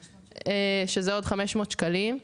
שזה עוד כמעט 500 שקלים,